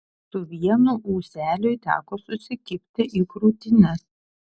su vienu ūseliui teko susikibti į krūtines